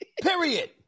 period